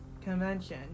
convention